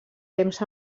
temps